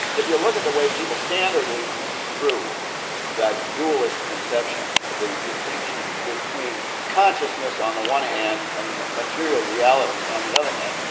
if you look at the way people standardly construe that dualist conception, the distinction between consciousness on the one hand and material reality on the other hand,